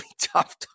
tough